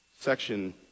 section